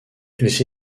les